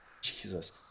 Jesus